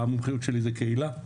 המומחיות שלי זה קהילה.